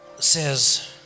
says